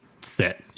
set